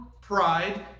pride